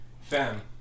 fam